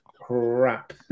crap